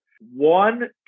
One